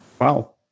Wow